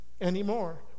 anymore